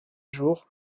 jours